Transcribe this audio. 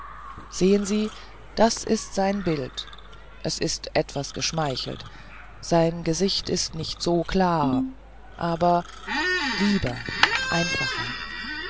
sehen sie das ist sein bild es ist etwas geschmeichelt sein gesicht ist nicht so klar aber lieber einfacher